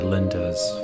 Linda's